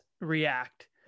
react